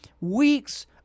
weeks